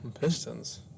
Pistons